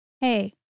hey